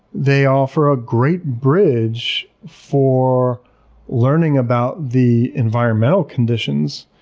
they offer a great bridge for learning about the environmental conditions